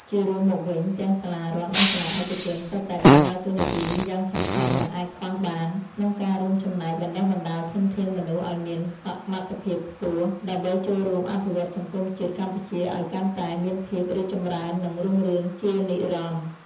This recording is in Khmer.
ជារួមមកវិញ ទាំងសាលារដ្ឋនិងសាលាឯកជនសុទ្ធតែបានដើរតួនាទីយ៉ាងសំខាន់មិនអាចខ្វះបាន ក្នុងការរួមចំណែកបណ្តុះបណ្តាលធនធានមនុស្សឱ្យមានសមត្ថភាពខ្ពស់ ដើម្បីចូលរួមអភិវឌ្ឍសង្គមជាតិកម្ពុជាឱ្យកាន់តែមានភាពរីកចម្រើននិងរុងរឿងជានិរន្តរ៍។